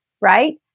right